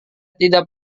tidak